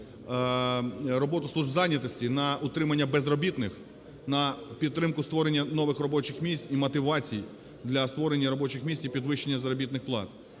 роботу служб зайнятості на утримання безробітних, на підтримку створення нових робочих місць і мотивацію для створення робочих місць і підвищення заробітних плат.